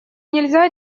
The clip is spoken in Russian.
нельзя